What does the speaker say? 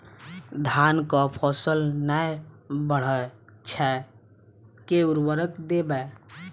धान कऽ फसल नै बढ़य छै केँ उर्वरक देबै?